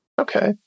Okay